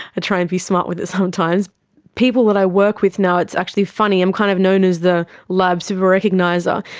i try and be smart with it sometimes. people people that i work with now, it's actually funny, i'm kind of known as the lab super recogniser.